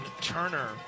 Turner